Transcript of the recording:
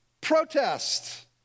protest